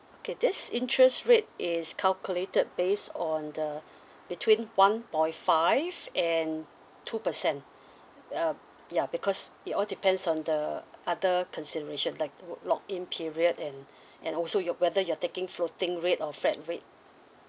okay this interest rate is calculated based on the between one point five and two percent uh p~ ya because it all depends on the other consideration like oo lock in period and and also you're whether you're taking floating rate or flat rate